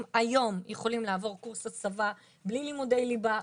היום יכולים לעבור קורס הסבה בלי לימודי ליבה,